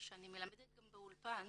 שאני מלמדת גם באולפן